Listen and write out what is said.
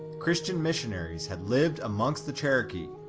christian missionaries had lived amongst the cherokee.